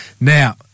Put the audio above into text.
Now